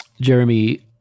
Jeremy